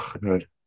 good